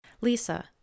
Lisa